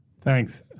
Thanks